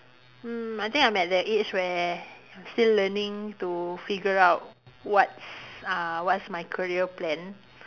mm I think I'm at that age where I still learning to figure out what's uh what's my career plan